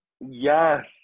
Yes